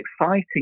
exciting